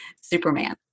Superman